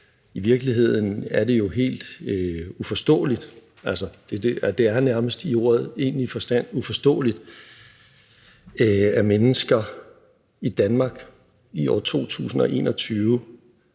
I virkeligheden er det jo helt uforståeligt, og det er nærmest i ordets egentlige forstand uforståeligt, at mennesker i Danmark i år 2021